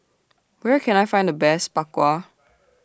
Where Can I Find The Best Bak Kwa